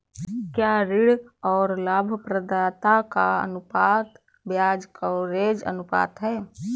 क्या ऋण और लाभप्रदाता का अनुपात ब्याज कवरेज अनुपात है?